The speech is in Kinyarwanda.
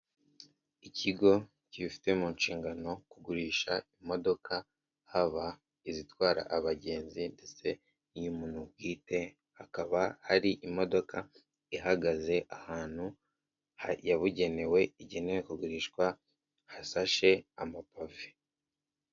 Ikigo kibifite mu nshingano kugurisha imodoka haba izitwara abagenzi ndetse n'iy'umuntu bwite hakaba hari imodoka ihagaze ahantu yabugenewe igenewe kugurishwa hasashe amapave.